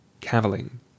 Cavilling